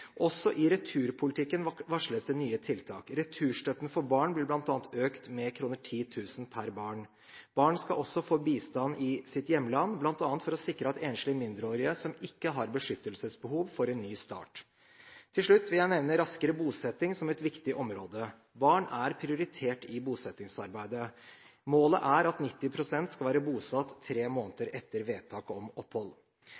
Også i returpolitikken varsles det nye tiltak, bl.a. blir returstøtten for barn økt med kr 10 000 per barn. Barn skal også få bistand i sitt hjemland, bl.a. for å sikre at enslige mindreårige som ikke har beskyttelsesbehov, får en ny start. Til slutt vil jeg nevne raskere bosetting som et viktig område. Barn er prioritert i bosettingsarbeidet. Målet er at 90 pst. skal være bosatt tre